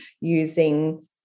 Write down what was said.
using